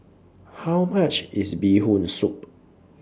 How much IS Bee Hoon Soup